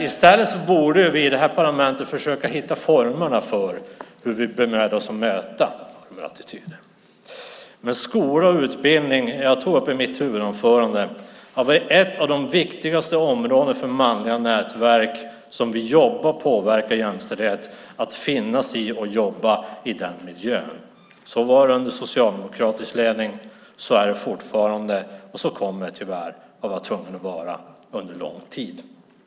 I stället borde vi i det här parlamentet försöka hitta formerna för hur vi möter de här attityderna. Men skola och utbildning - jag tog upp det i mitt huvudanförande - har varit ett av de viktigaste områdena för manliga nätverk, som vill jobba med och påverka när det gäller jämställdhet, att finnas i och jobba i. Så var det under socialdemokratisk ledning. Så är det fortfarande, och så kommer det tyvärr att vara under en lång tid.